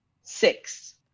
Six